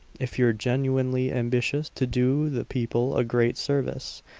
if you're genuinely ambitious to do the people a great service,